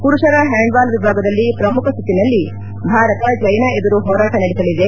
ಪುರುಷರ ಹ್ಯಾಂಡ್ಬಾಲ್ ವಿಭಾಗದಲ್ಲಿ ಪ್ರಮುಖ ಸುತ್ತಿನಲ್ಲಿ ಭಾರತ ಚ್ವೆನಾ ಎದುರು ಹೋರಾಟ ನಡೆಸಲಿದೆ